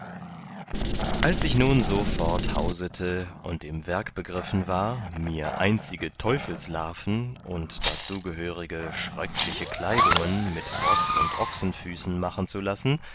als ich nun so fort hausete und im werk begriffen war mir einzige teufelslarven und darzu gehörige schröckliche kleidungen mit roß und ochsenfüßen machen zu lassen